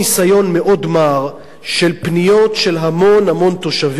מאוד מר של פניות של המון תושבים,